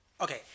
Okay